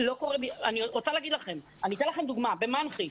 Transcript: אציג לכם דוגמה: במנח"י,